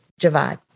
Javad